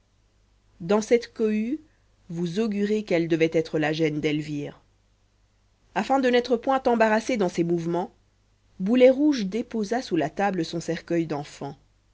dans cette cohue vous augurez quelle devait être la gêne d'elvire afin de n'être point embarrassé dans ses mouvements boulet rouge déposa sous la table son cercueil d'enfant